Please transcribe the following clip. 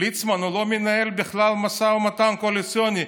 ליצמן לא מנהל בכלל משא ומתן קואליציוני.